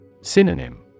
Synonym